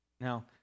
Now